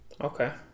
okay